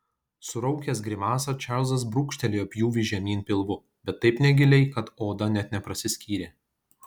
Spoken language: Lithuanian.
suraukęs grimasą čarlzas brūkštelėjo pjūvį žemyn pilvu bet taip negiliai kad oda net neprasiskyrė